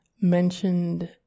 mentioned